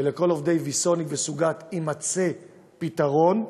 ולכל עובדי ויסוניק וסוגת יימצא פתרון.